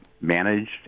managed